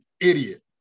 idiot